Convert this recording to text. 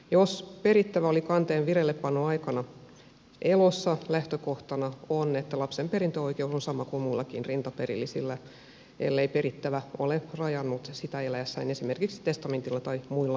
jos perittävä oli kanteen vireillepanoaikana elossa lähtökohtana on että lapsen perintöoikeus on sama kuin muillakin rintaperillisillä ellei perittävä ole rajannut sitä eläessään esimerkiksi testamentilla tai muilla oikeustoimilla